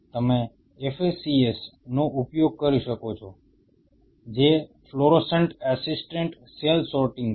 તમે FACS નો ઉપયોગ કરી શકો છો જે ફ્લોરોસન્ટ આસિસ્ટેડ સેલ સોર્ટિંગ છે